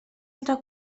altra